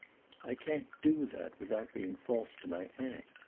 i can't do that without being false to my aunt.